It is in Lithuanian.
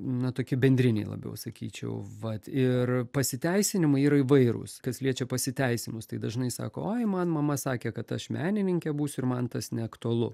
na toki bendriniai labiau sakyčiau vat ir pasiteisinimai yra įvairūs kas liečia pasiteisinimus tai dažnai sako oi man mama sakė kad aš menininkė būsiu ir man tas neaktualu